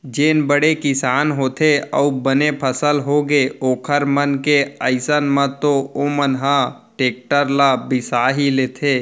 जेन बड़े किसान होथे अउ बने फसल होगे ओखर मन के अइसन म तो ओमन ह टेक्टर ल बिसा ही लेथे